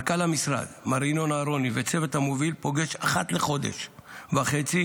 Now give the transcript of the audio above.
מנכ"ל משרד הרווחה מר ינון אהרוני והצוות המוביל פוגש אחת לחודש וחצי